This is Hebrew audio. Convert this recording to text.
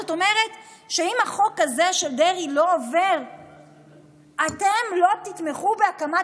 זאת אומרת שאם החוק הזה של דרעי לא עובר אתם לא תתמכו בהקמת